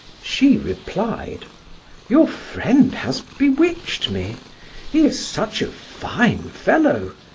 she replied your friend has bewitched me he is such a fine fellow.